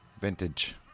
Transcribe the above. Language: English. Vintage